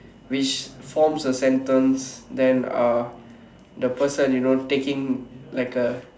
which forms a sentence then uh the person you know taking like a